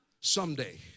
Someday